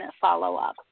follow-up